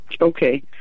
Okay